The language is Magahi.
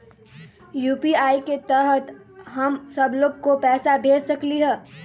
यू.पी.आई के तहद हम सब लोग को पैसा भेज सकली ह?